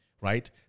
right